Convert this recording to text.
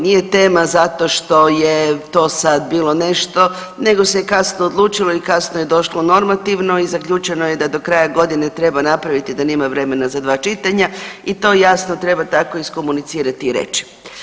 Nije tema zato što je to sad bilo nešto, nego se kasno odlučilo i kasno je došlo normativno i zaključeno je da do kraja godine treba napraviti da nema vremena za 2 čitanja i to jasno treba tako iskomunicirati i reći.